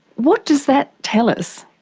what does that tell us?